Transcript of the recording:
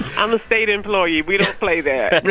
i'm a state employee. we don't play there